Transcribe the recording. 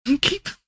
keep